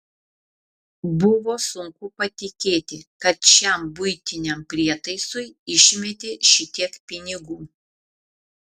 buvo sunku patikėti kad šiam buitiniam prietaisui išmetė šitiek pinigų